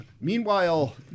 meanwhile